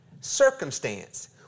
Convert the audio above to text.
circumstance